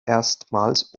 erstmals